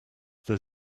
that